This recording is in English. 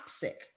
toxic